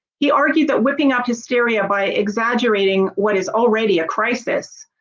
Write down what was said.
he argued that whipping up hysteria by exaggerating what is already a crisis,